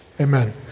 Amen